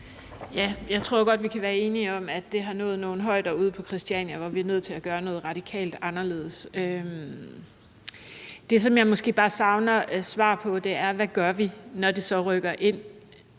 Jeg tror godt, vi kan være enige om, at det har nået nogle højder ude på Christiania, hvor vi er nødt til at gøre noget radikalt anderledes. Det, som jeg måske bare savner svar på, er: Hvad gør vi, når det så rykker ind